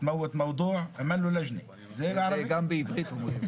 זה נכון גם בעברית.